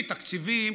תביאי תקציבים,